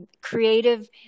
creative